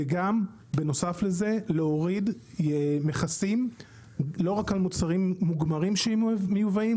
וגם בנוסף לזה להוריד מכסים לא רק על מוצרים מוגמרים שיהיו מיובאים,